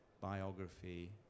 biography